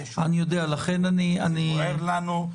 שבוער לנו.